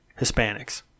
Hispanics